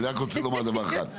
אני רק רוצה לומר דבר אחד,